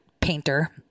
painter